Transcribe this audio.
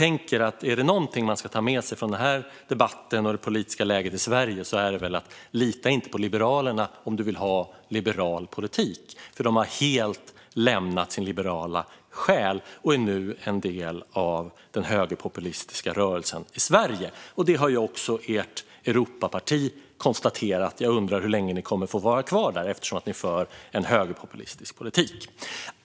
Är det någonting man ska ta med sig från den här debatten och det politiska läget i Sverige är det väl: Lita inte på Liberalerna om du vill ha liberal politik! De har nämligen helt lämnat sin liberala själ och är nu en del av den högerpopulistiska rörelsen i Sverige. Det har också ert Europaparti konstaterat. Jag undrar hur länge ni kommer att få vara kvar där eftersom ni för en högerpopulistisk politik.